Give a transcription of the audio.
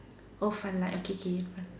oh fun like okay K